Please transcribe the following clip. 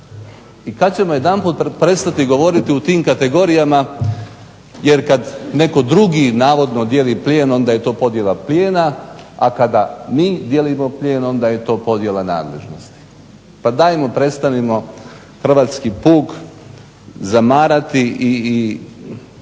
I kada ćemo jedanput prestati govoriti u tim kategorijama jer kada netko drugi navodno dijeli plijen onda je to podjela plijena, a kada mi dijelimo plijen onda je to podjela nadležnosti. Pa dajmo prestanimo hrvatski puk zamarati i